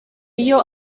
iyo